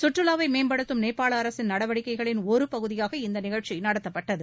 கற்றுலாவை மேம்படுத்தும் நேபாள அரசின் நடவடிக்கைகளின் ஒரு பகுதியாக இந்நிகழ்ச்சி நடத்தப்பட்டது